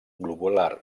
globular